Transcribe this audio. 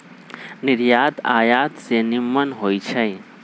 निर्यात आयात से निम्मन होइ छइ